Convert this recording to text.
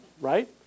right